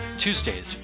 Tuesdays